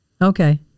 Okay